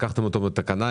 לקחתם אותו בתקנה,